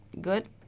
good